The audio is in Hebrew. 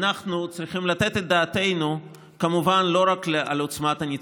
אנחנו צריכים לתת את דעתנו כמובן לא רק על עוצמת הניצחון.